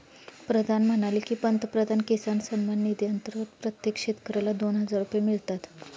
प्रधान म्हणाले की, पंतप्रधान किसान सन्मान निधी अंतर्गत प्रत्येक शेतकऱ्याला दोन हजार रुपये मिळतात